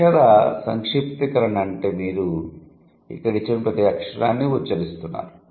అక్షర సంక్షిప్తీకరణ అంటే మీరు అక్కడ ఇచ్చిన ప్రతి అక్షరాన్ని ఉచ్చరిస్తున్నారు